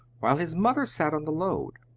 while his mother sat on the load.